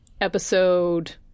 episode